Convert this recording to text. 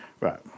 Right